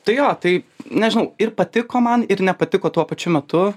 tai jo tai nežinau ir patiko man ir nepatiko tuo pačiu metu